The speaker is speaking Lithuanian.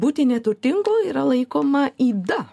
būti neturtingu yra laikoma yda